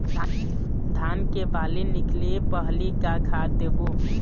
धान के बाली निकले पहली का खाद देबो?